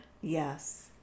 Yes